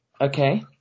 okay